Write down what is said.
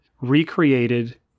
recreated